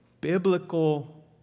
biblical